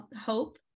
Hope